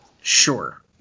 Sure